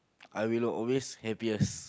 I will the always happiest